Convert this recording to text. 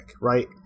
right